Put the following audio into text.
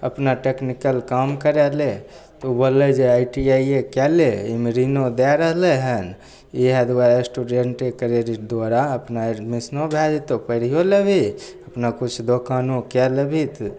अपना टेक्निकल काम करय लए तऽ उ बोललै जे आइ टी आइ ये कए ले अइमे ऋणो दए रहलइ हन इएह दुआरे स्टूडेंटे क्रेडिट द्वारा अपना एडमिशनो भए जेतहु पढ़ियो लेबही अपना किछु दोकानो कए लेबही तऽ